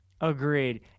Agreed